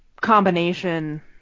combination